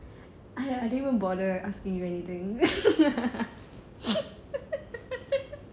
I I didn't even bother at ask you anything